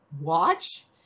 watch